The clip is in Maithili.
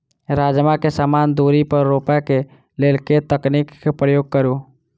राजमा केँ समान दूरी पर रोपा केँ लेल केँ तकनीक केँ प्रयोग करू?